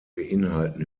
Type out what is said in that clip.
beinhalten